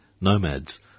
nomads